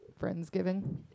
Friendsgiving